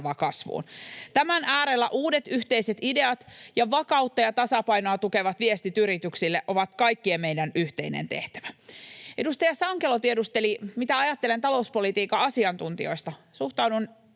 Tämän äärellä uudet yhteiset ideat ja vakautta ja tasapainoa tukevat viestit yrityksille ovat kaikkien meidän yhteinen tehtävä. Edustaja Sankelo tiedusteli, mitä ajattelen talouspolitiikan asiantuntijoista. Suhtaudun